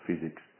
physics